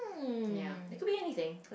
ya it could be anything